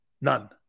None